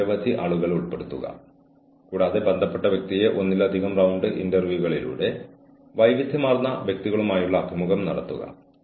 feedback നൽകി സ്വകാര്യമായി ന്യായമായ സമയത്തിനുള്ളിൽ അവന്റെ അല്ലെങ്കിൽ അവളുടെ പെരുമാറ്റം ശരിയാക്കാൻ അനുവദിക്കുകയോ അല്ലെങ്കിൽ അവസരം നൽകുകയോ ചെയ്യുന്നു